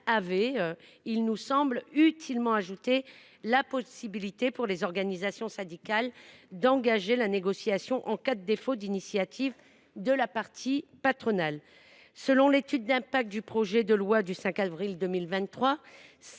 avait utilement ajouté, selon nous, la possibilité pour les organisations syndicales d’engager la négociation en cas de défaut d’initiative de la partie patronale. Selon l’étude d’impact du projet de loi du 5 avril 2023,